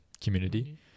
community